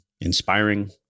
inspiring